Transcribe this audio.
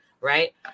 Right